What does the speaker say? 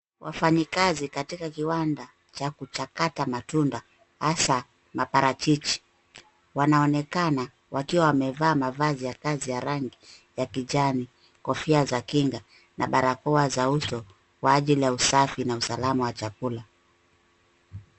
Wafanyikazi katika kiwanda cha kuchakata matunda, hasa maparachichi. Wanaonekana wakiwa wamevaa mavazi ya kazi ya rangi, ya kijani, kofia za kinga, na barakoa za uso kwa ajili ya usafi na usalama wa chakula.